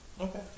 Okay